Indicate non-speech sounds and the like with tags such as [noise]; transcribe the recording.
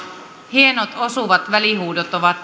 hienot osuvat välihuudot ovat [unintelligible]